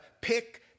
pick